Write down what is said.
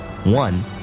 one